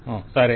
vendor సరే